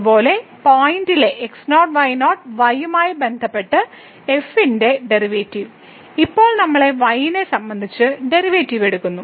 അതുപോലെ പോയിന്റിലെ x0 y0 y യുമായി ബന്ധപ്പെട്ട് f ന്റെ ഡെറിവേറ്റീവ് ഇപ്പോൾ നമ്മൾ y നെ സംബന്ധിച്ച് ഡെറിവേറ്റീവ് എടുക്കുന്നു